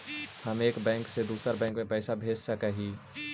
हम एक बैंक से दुसर बैंक में पैसा भेज सक हिय?